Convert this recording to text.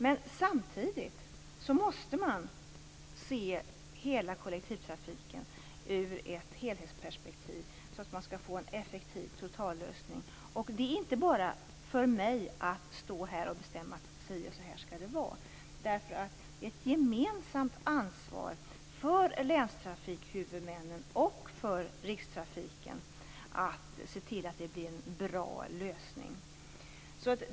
Men samtidigt måste man se hela kollektivtrafiken ur ett helhetsperspektiv för att man skall få en effektiv totallösning. Det är inte bara för mig att stå här och bestämma att si och så skall det vara. Det är ett gemensamt ansvar för länstrafikhuvudmännen och Rikstrafiken att se till att det blir en bra lösning.